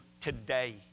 today